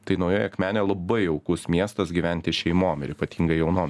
tai naujoji akmenė labai jaukus miestas gyventi šeimom ypatingai jaunom